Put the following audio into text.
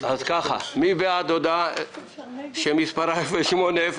מי בעד הודעה 08-004,